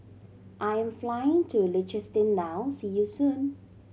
I am flying to Liechtenstein now see you soon